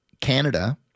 Canada